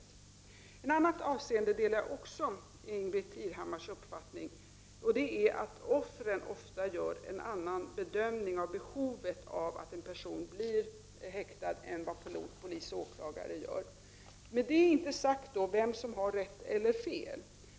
Även i ett annat avseende delar jag Ingbritt Irhammars uppfattning, nämligen att offren ofta gör en annan bedömning av behovet av att en person blir häktad än den bedömning som polis och åklagare gör. Med det är inte sagt vem som har rätt eller fel.